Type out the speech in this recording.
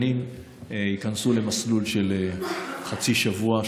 ייכנסו למסלול של חצי שבוע,